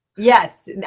Yes